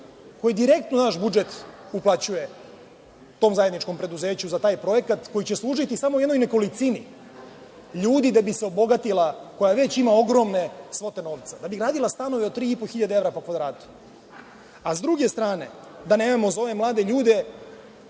koji direktno u naš budžet uplaćuje tom zajedničkom preduzeću za taj projekat koji će služiti samo jednoj nekolicini ljudi da bi se obogatila, koja već ima ogromne svote novca, da bi gradila stanove od 3500 evra po kvadratu.sa druge strane, da nemamo za ove mlade ljude